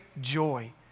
joy